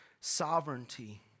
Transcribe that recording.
Sovereignty